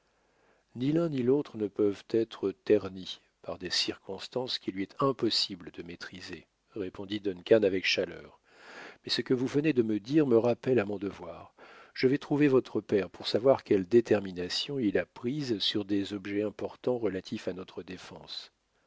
ni l'un ni l'autre ne peuvent être ternis par des circonstances qu'il lui est impossible de maîtriser répondit duncan avec chaleur mais ce que vous venez de me dire me rappelle à mon devoir je vais trouver votre père pour savoir quelle détermination il a prise sur des objets importants relatifs à notre défense